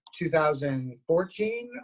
2014